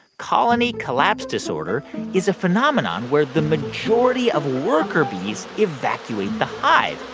colony collapse disorder is a phenomenon where the majority of worker bees evacuate the hive.